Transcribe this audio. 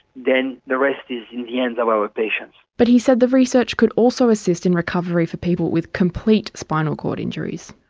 then the rest is in the hands of our patients. but he said the research could also assist in recovery for people with complete spinal cord injuries.